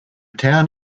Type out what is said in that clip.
town